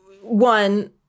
one